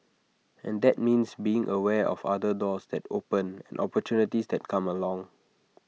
and that means being aware of other doors that open and opportunities that come along